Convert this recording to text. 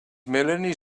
melanie